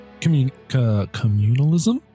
Communalism